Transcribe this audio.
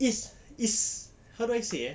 is is how do I say eh